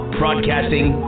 broadcasting